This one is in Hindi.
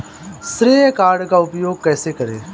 श्रेय कार्ड का उपयोग कैसे करें?